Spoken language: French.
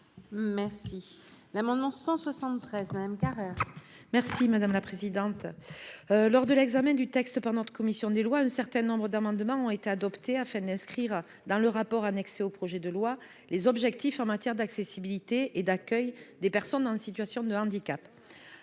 Merci l'amendement 173 madame Carrère. Merci madame la présidente, lors de l'examen du texte par notre commission des lois, un certain nombre d'amendements ont été adoptés afin d'inscrire dans le rapport annexé au projet de loi les objectifs en matière d'accessibilité et d'accueil des personnes en situation de handicap